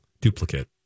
duplicate